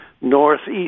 northeast